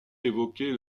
évoquer